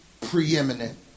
preeminent